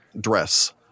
dress